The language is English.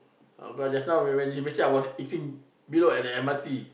of course just now when you missing I was eating Milo at the M_R_T